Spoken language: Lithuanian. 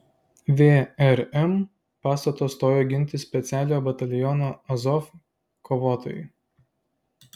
vrm pastato stojo ginti specialiojo bataliono azov kovotojai